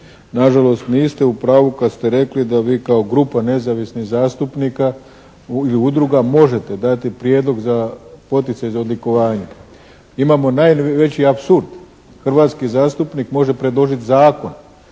Nažalost, niste u pravu kad ste rekli da vi kao grupa Nezavisnih zastupnika ili udruga, možete dati prijedlog za poticaj za odlikovanje. Imamo najveći apsurd. Hrvatski zastupnik može predložit zakon.